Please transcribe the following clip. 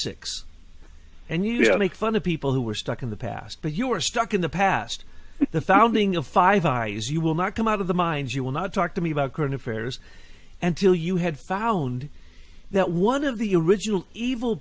six and you know make fun of people who were stuck in the past but you are stuck in the past the founding of five eyes you will not come out of the mines you will not talk to me about current affairs and till you had found that one of the original evil